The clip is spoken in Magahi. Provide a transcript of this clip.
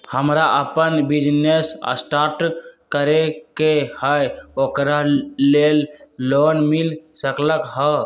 हमरा अपन बिजनेस स्टार्ट करे के है ओकरा लेल लोन मिल सकलक ह?